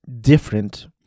different